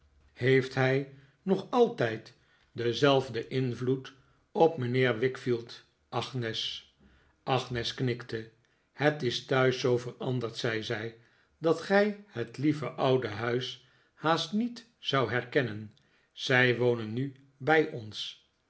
heeft hij nog altijd denzelfden invloed op mijnheer wickfield agnes agnes knikte het is thuis zoo veranderd zei zij dat gij het lieve oude huis haast niet zoudt herkennen zij wonen nu bij ons